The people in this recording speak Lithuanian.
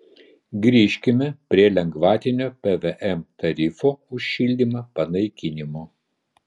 grįžkime prie lengvatinio pvm tarifo už šildymą panaikinimo